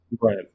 Right